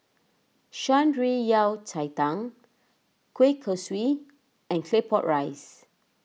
Shan Rui Yao Cai Tang Kueh Kosui and Claypot Rice